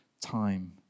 time